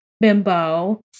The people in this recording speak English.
bimbo